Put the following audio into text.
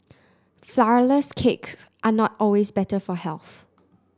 flourless cakes are not always better for health